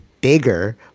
bigger